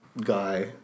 guy